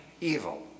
evil